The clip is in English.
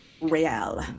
Real